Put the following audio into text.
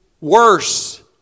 worse